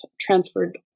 transferred